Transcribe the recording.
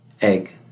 egg